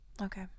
Okay